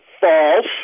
false